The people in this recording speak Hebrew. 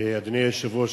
אדוני היושב-ראש,